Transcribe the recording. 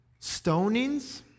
stonings